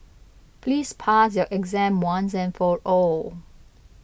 please pass your exam once and for all